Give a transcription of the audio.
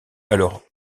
alors